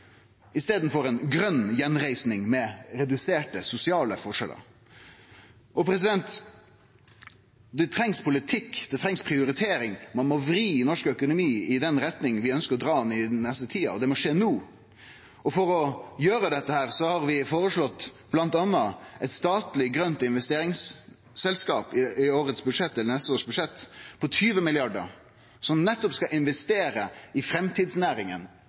i staden for ei grøn gjenreising med reduserte sosiale forskjellar. Det trengst politikk, det trengst prioritering. Ein må vri norsk økonomi i den retninga vi ønskjer å dra han i den neste tida, og det må skje no. For å gjere dette har vi i neste års budsjett føreslått bl.a. 20 mrd. kr til eit statleg grønt investeringsselskap som nettopp skal investere i framtidsnæringar direkte. Vi har eit opplegg for ein grøn statleg investeringsbank som vi skal